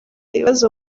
ibibazo